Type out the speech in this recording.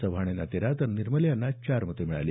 चव्हाण यांना तेरा तर निर्मले यांना चार मतं मिळाली